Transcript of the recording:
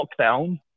lockdown